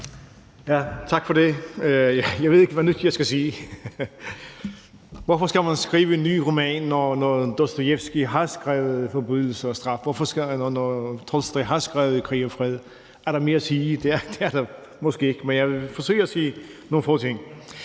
Tak for det. Jeg ved ikke, hvad nyt jeg kan sige. Hvorfor skal man skrive en ny roman, når Dostojevskij allerede har skrevet »Forbrydelse og straf«, og når Tolstoj har skrevet »Krig og fred«? Er der mere at sige? Det er der måske ikke, men jeg vil forsøge at sige nogle få ting.